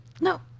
No